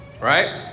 Right